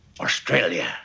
australia